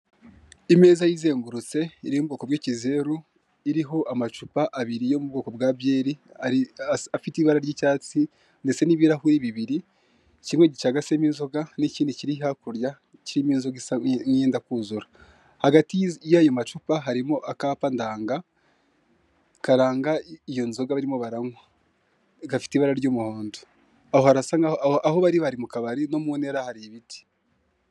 Uburyo Rwanda revenu yashyizeho bwo kuba wamenyekanisha umusoro ndetse ukaba wanakwishyura amatariki ntarengwa atarinze kugufata, ibyo byose ukaba wabyikorera na telefone yawe cyangwa mudasobwa.